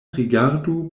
rigardu